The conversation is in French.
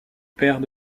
père